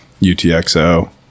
UTXO